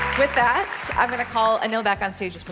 with that, i'm going to call anil back on stage just for